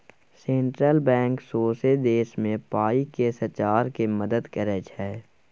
central bank सौंसे देश मे पाइ केँ सचार मे मदत करय छै